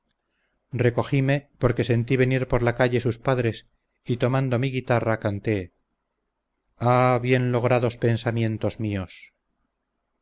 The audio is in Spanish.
recogime porque sentí venir por la calle sus padres y tomando mi guitarra canté ay bien logrados pensamientos míos